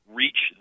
reach